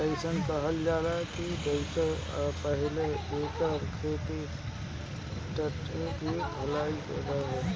अइसन कहल जाला कि सबसे पहिले एकर खेती टर्की में भइल रहे